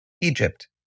Egypt